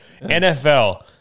NFL